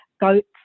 goats